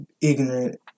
ignorant